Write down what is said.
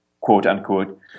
quote-unquote